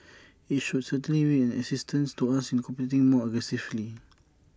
IT should certainly be an assistance to us in competing more aggressively